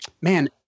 man